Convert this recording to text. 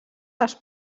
les